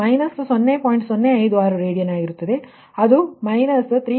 056 radian ಆಗಿರುತ್ತದೆ ಅದು 3